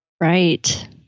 Right